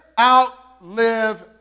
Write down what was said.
outlive